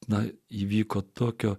na įvyko tokio